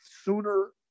sooner